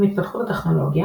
עם התפתחות הטכנולוגיה,